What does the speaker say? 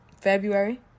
February